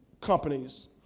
companies